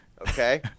okay